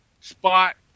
spot